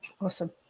awesome